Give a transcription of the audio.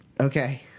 Okay